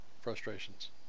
frustrations